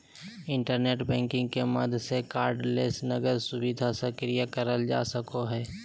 internet banking के माध्यम से कार्डलेस नकद सुविधा सक्रिय करल जा सको हय